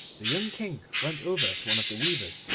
the young king went over to one of the weavers,